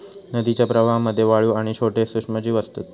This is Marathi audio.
नदीच्या प्रवाहामध्ये वाळू आणि छोटे सूक्ष्मजीव असतत